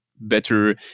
better